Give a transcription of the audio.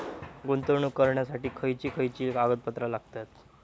गुंतवणूक करण्यासाठी खयची खयची कागदपत्रा लागतात?